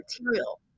material